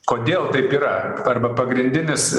kodėl taip yra arba pagrindinis